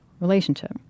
relationship